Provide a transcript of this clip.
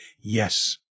yes